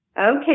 Okay